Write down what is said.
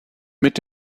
mit